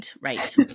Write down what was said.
right